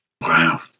Wow